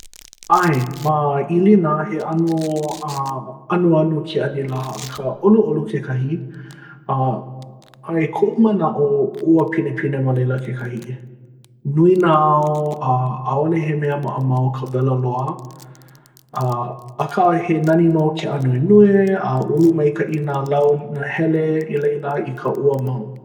ʻAe, ma ʻIlina, he ʻano uh anuanu ke anilā akā ʻoluʻolu kekahi, uh a i koʻu manaʻo ua pinepine ma laila kekahi. Nui nā ao, a ʻaʻole he mea maʻamau ka wela loa uh. Akā, he nani nō ke ānuenue, a ulu maikaʻi nā lau nahele i laila i ka ua mau.